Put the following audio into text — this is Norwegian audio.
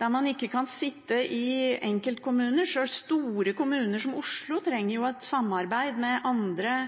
der man ikke kan sitte i enkeltkommuner – sjøl store kommuner som Oslo trenger et samarbeid med andre